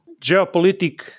Geopolitic